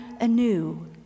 anew